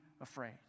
afraid